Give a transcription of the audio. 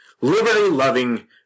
liberty-loving